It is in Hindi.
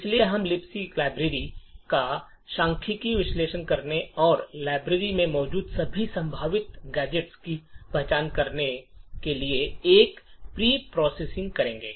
इसलिए हम लिबक लाइब्रेरी का सांख्यिकीय विश्लेषण करके और लाइब्रेरी में मौजूद सभी संभावित गैजेट्स की पहचान करके एक प्री प्रोसेसिंग करेंगे